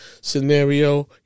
scenario